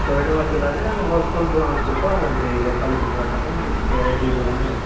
ଶହେ ଟଙ୍କା ଥିଲା ଯେ ଆମେ ହୋଲ୍ସେଲ୍ରୁ ଆଣୁଛୁ ତ ଏଇଠି ଲୋକାଲ୍ ବିକିବାଟା ପାଇଁ ଟିକେ ରେଟ୍ ହେଇ ଗଲାଣି ଆଉ